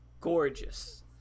gorgeous